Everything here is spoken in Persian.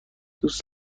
دوست